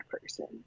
person